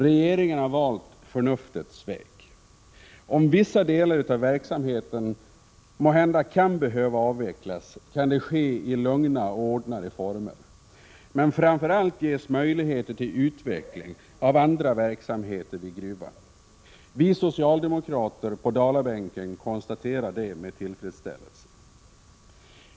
Regeringen har valt förnuftets väg. Om vissa delar av verksamheten eventuellt skulle behöva avvecklas, kan det ske i lugna och ordnade former och framför allt ge möjligheter till utveckling av andra verksamheter vid gruvan. Vi socialdemokrater på Dalabänken konstaterar detta med tillfredsställelse.